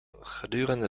gedurende